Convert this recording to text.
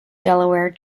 delaware